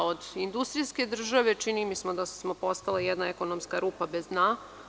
Od industrijske države, čini mi se da smo postala jedna ekonomska rupa bez dna.